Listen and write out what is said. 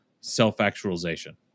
self-actualization